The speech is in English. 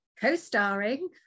co-starring